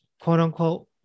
quote-unquote